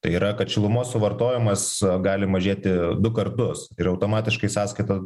tai yra kad šilumos suvartojimas gali mažėti du kartus ir automatiškai sąskaita